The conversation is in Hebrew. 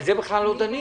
על זה בכלל לא דנים.